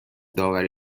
داوری